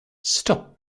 stop